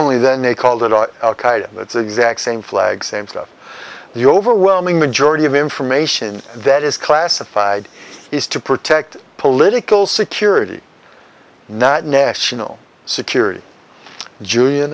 only then they called it that's the exact same flag same stuff the overwhelming majority of information that is classified is to protect political security not national security ju